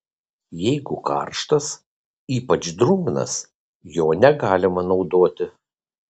jeigu karštas ypač drungnas jo negalima naudoti